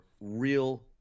real